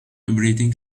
operating